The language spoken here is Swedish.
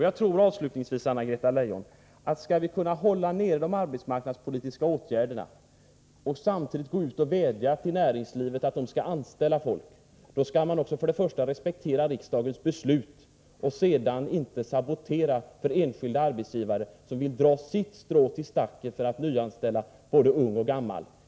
Jag tror avslutningsvis, Anna-Greta Leijon, att om man skall kunna hålla nere de arbetsmarknadspolitiska åtgärderna och samtidigt gå ut och vädja till näringslivet att gå ut och anställa folk, skall man först och främst respektera riksdagens beslut och inte sabotera för enskilda arbetsgivare som vill dra sitt strå till stacken för att nyanställa både ung och gammal.